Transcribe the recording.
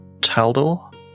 Taldor